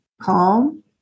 calm